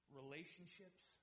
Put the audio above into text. relationships